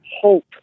hope